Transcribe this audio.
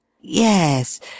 yes